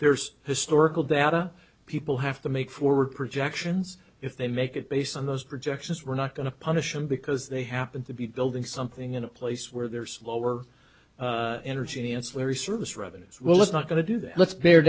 there's historical data people have to make forward projections if they make it based on those projections we're not going to punish them because they happen to be building something in a place where there's lower energy ancillary service revenues well it's not going to do that